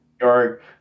York